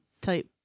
type